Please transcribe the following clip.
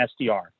SDR